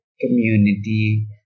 community